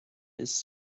his